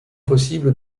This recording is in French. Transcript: possible